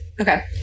Okay